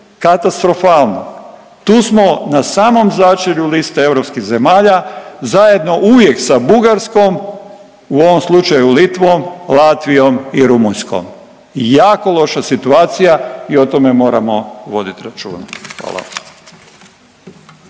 Katastrofalno tu smo na samom začelju liste europskih zemalja zajedno uvijek sa Bugarskom u ovom slučaju Litvom, Latvijom i Rumunjskom. Jako loša situacija i o tome moramo voditi računa. Hvala.